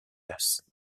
است